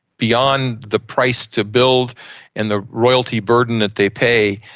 beyond the price to build and the royalty burden that they pay,